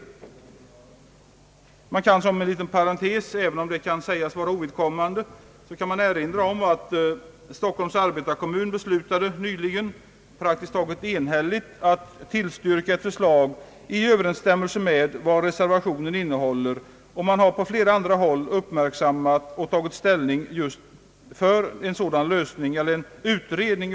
även om det kan sägas vara ovidkommande, vill jag i detta sammanhang parentetiskt erinra om att Stockholms arbetarekommun nyligen praktiskt taget enhälligt beslutat tillstyrka ett förslag i överensstämmelse med vad reservationen innehåller. Man har på flera andra håll uppmärksammat dessa problem och tagit ställning för en utredning.